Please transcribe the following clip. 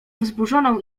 wzburzoną